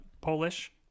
Polish